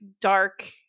dark